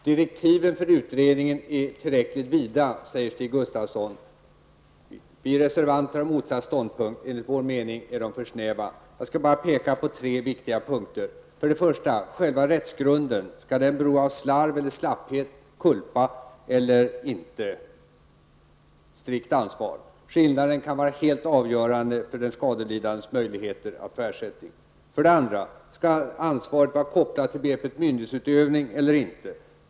Herr talman! Stig Gustafsson säger att direktiven för utredningen är tillräckligt vida. Vi reservanter har den motsatta ståndpunkten. De är, enligt vår mening, för snäva. Jag skall bara peka på tre viktiga punkter. Den första punkten är den viktiga rättsgrunden. Skall den utgöras av slarv, slapphet, culpa eller skall man kräva strikt ansvar? Skillnaden kan vara helt avgörande för den skadelidandes möjligheter att få ersättning. För det andra: Skall ansvaret kopplas till begreppet myndighetsutövning eller inte?